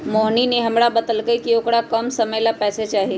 मोहिनी ने हमरा बतल कई कि औकरा कम समय ला पैसे चहि